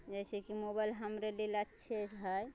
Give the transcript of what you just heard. जैसे कि मोबाइल हमरे लेल अच्छे है